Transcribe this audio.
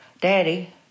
Daddy